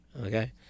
okay